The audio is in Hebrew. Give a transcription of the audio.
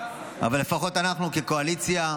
אבל לפחות אנחנו כקואליציה,